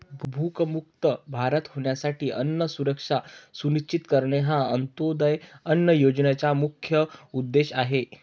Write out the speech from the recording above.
भूकमुक्त भारत होण्यासाठी अन्न सुरक्षा सुनिश्चित करणे हा अंत्योदय अन्न योजनेचा मुख्य उद्देश आहे